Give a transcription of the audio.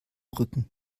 rücken